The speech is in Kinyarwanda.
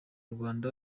rwanda